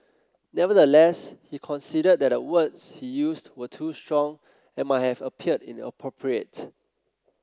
nevertheless he conceded that the words he used were too strong and might have appeared inappropriate